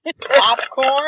Popcorn